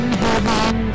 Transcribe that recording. heaven